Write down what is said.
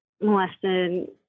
molested